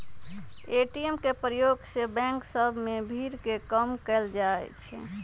ATM के प्रयोग से बैंक सभ में भीड़ के कम कएल जाइ छै